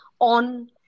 on